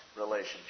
relationship